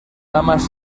damas